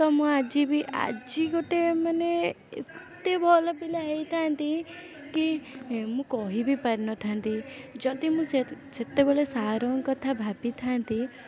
ତ ମୁଁ ଆଜି ବି ଆଜି ଗୋଟେ ମାନେ ଏତେ ଭଲ ପିଲା ହୋଇଥାନ୍ତି କି ମୁଁ କହିବି ପାରିନଥାନ୍ତି ଯଦି ମୁଁ ସେ ତ ସେତେବେଳେ ସାର୍ଙ୍କ କଥା ଭାବିଥାନ୍ତି